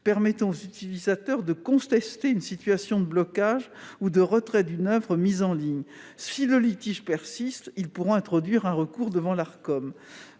permettant aux utilisateurs de contester une situation de blocage ou de retrait d'une oeuvre mise en ligne ; si le litige persiste, ces derniers pourront introduire un recours devant l'Arcom.